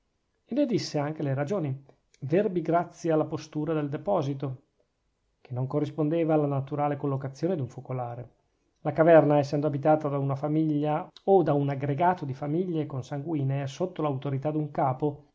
e ne disse anche le ragioni verbigrazia la postura del deposito che non corrispondeva alla naturale collocazione d'un focolare la caverna essendo abitata da una famiglia o da un aggregato di famiglie consanguinee sotto l'autorità d'un capo